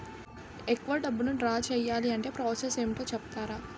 ఎక్కువ డబ్బును ద్రా చేయాలి అంటే ప్రాస సస్ ఏమిటో చెప్తారా?